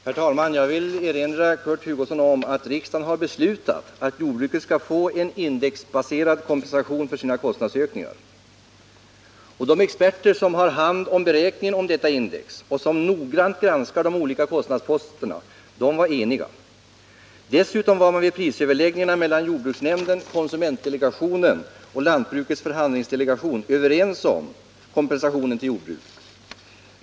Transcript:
Herr talman! Jag vill erinra Kurt Hugosson om att riksdagen har beslutat att jordbruket skall få en indexbaserad kompensation för sina kostnadsökningar. De experter som har hand om beräkningen av detta index och som noggrant granskar de olika kostnadsposterna var eniga. Dessutom var man vid prisöverläggningarna mellan jordbruksnämnden, konsumentdelegationen och Jordbrukets förhandlingsdelegation överens om kompensationen till jordbruket.